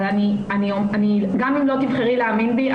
אבל גם אם לא תבחרי להאמין בי,